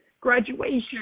graduation